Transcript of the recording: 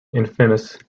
infamous